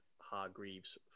Hargreaves